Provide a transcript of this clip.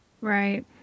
Right